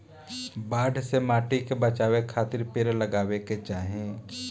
बाढ़ से माटी के बचावे खातिर पेड़ लगावे के चाही